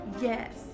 yes